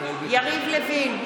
יריב לוין,